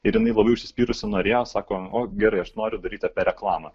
ir jinai labai užsispyrusi norėjo sako o gerai aš noriu daryti apie reklamą